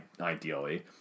ideally